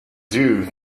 due